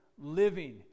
living